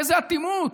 איזה אטימות.